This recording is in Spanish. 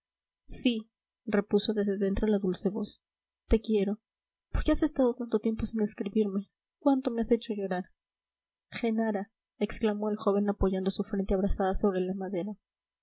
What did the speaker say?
sí repuso desde dentro la dulce voz te quiero por qué has estado tanto tiempo sin escribirme cuánto me has hecho llorar genara exclamó el joven apoyando su frente abrasada sobre la madera